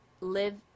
live